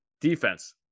Defense